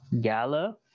gala